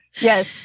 Yes